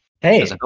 Hey